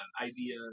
idea